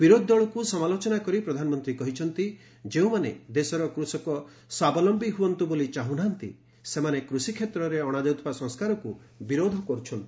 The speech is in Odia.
ବିରୋଧି ଦଳକୁ ସମାଲୋଚନା କରି ପ୍ରଧାନମନ୍ତ୍ରୀ କହିଛନ୍ତି ଯେଉଁମାନେ ଦେଶର କୃଷକ ସ୍ୱାବଲମ୍ଘୀ ହେଉ ବୋଲି ଚାହୁଁନାହାନ୍ତି ସେମାନେ କୃଷି କ୍ଷେତ୍ରରେ ଅଣାଯାଉଥିବା ସଂସ୍କାରକୁ ବିରୋଧ କରୁଛନ୍ତି